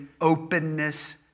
openness